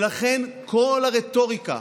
ולכן כל הרטוריקה